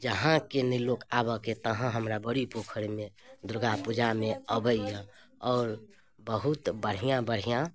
जहाँके नहि लोक आबऽके तहाँ हमरा बड़ी पोखरिमे दुर्गापूजामे अबैए आओर बहुत बढ़िआँ बढ़िआँ